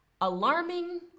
alarming